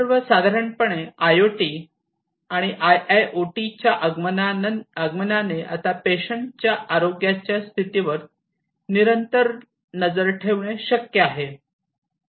सर्व साधारणपणे आयआयओटी आणि आयओटीच्या आगमनाने आता पेशंट च्या आरोग्याच्या स्थितीवर निरंतर नजर ठेवणे शक्य आहे